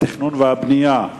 התכנון והבנייה (תיקון,